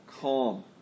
calm